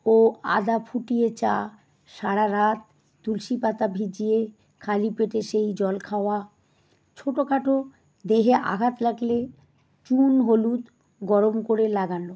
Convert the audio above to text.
ও আদা ফুটিয়ে চা সারা রাত তুলসী পাতা ভিজিয়ে খালি পেটে সেই জল খাওয়া ছোটখাটো দেহে আঘাত লাগলে চুন হলুদ গরম করে লাগানো